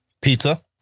pizza